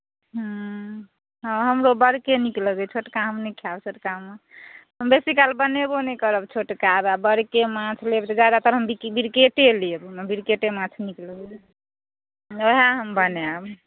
हँ हमरो बड़के नीक लगैए छोटका हम नहि खायब छोटका माँछ हम बेसी काल बनेबो नहि करब छोटका बड़के माँछ लेब तऽ ज्यादातर हम बिकेटे लेब हमरा बिकेटे माँछ नीक लागैए उएह हम बनायब